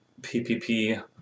PPP